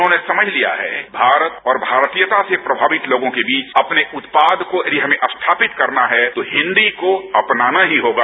उन्होंने समझ लिया है कि भारत और भारतीयता से प्रभावित लोगों के बीच अपने उत्पाद को यदि हमें स्थापित करना है तो हिंदी को अपनाना ही होगा